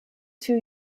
two